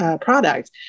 product